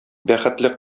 бәхетле